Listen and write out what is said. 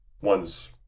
one's